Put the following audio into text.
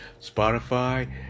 Spotify